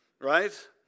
Right